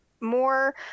more